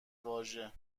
واژه